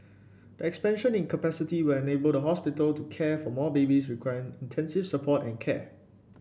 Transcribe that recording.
the expansion in capacity will enable the hospital to care for more babies requiring intensive support and care